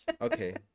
Okay